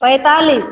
पैतालीस